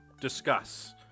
discuss